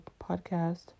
podcast